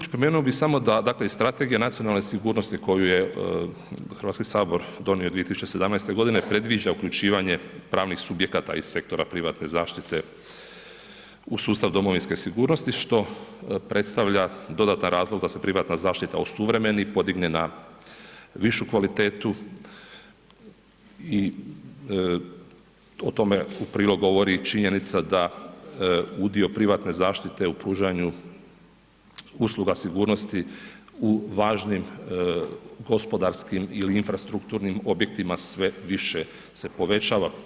Spomenuo bi dakle, i strategija nacionalne sigurnosti koju je Hrvatski sabor donio 2017. g. predviđa uključivanje pravnih subjekata iz sektora privatne zaštite u sustav domovinske sigurnosti, što predstavlja dodatni razvoj, da se privatna zaštita osuvremeni i podigne na višu kvalitetu i o tome u prilog govorili činjenica da udio privatne zaštite u pružanju usluge sigurnosti u važnim gospodarskim ili infrastrukturnim objektima sve više se povećava.